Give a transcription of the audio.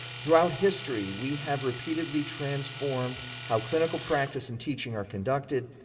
throughout history, we have repeatedly transformed how clinical practice and teaching are conducted.